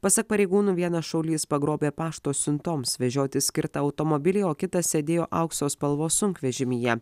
pasak pareigūnų vienas šaulys pagrobė pašto siuntoms vežioti skirtą automobilį o kitas sėdėjo aukso spalvos sunkvežimyje